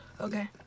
Okay